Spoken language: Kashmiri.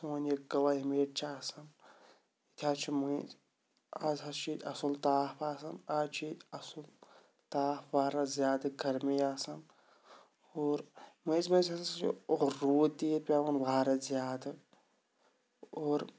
سون یہِ کٕلایمیٹ چھِ آسان ییٚتہِ حظ چھِ مٔنٛزۍ آز حظ چھِ ییٚتہِ اَصٕل تاپھ آسان آز چھِ ییٚتہِ اَصٕل تاپھ واریاہ زیادٕ گرمی آسان اور مٔنٛزۍ مٔنٛزۍ ہسا چھِ اور روٗد تہِ ییٚتہِ پٮ۪وان واریاہ زیادٕ اور